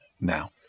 now